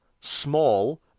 Small